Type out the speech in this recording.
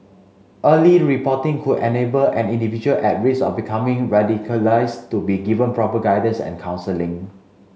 early reporting could enable an individual at risk of becoming radicalised to be given proper guidance and counselling